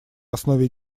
основе